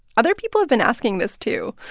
other people have been asking this too.